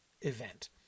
event